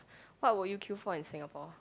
what will you queue for in Singapore